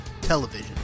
television